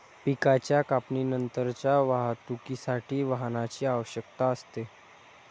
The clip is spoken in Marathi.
पिकाच्या कापणीनंतरच्या वाहतुकीसाठी वाहनाची आवश्यकता असते